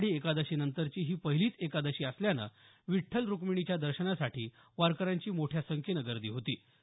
आषाढी एकादशीनंतरची ही पहिलीच एकादशी असल्यानं विठ्ठल रुक्मिणीच्या दर्शनासाठी वारकऱ्यांची मोठ्या संख्येनं गर्दी होती